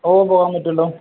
ഓ പോകാന് പറ്റുമല്ലോ